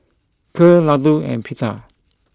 Kheer Ladoo and Pita